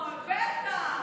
אוי, בטח.